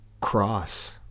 cross